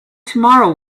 tomorrow